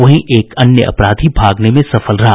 वहीं एक अन्य अपराधी भागने में सफल रहा